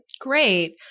Great